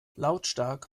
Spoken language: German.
lautstark